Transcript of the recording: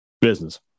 business